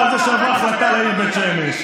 על זה שעברה החלטה על העיר בית שמש,